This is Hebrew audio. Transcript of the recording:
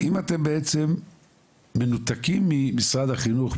אם אתם בעצם מנותקים ממשרד החינוך,